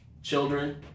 children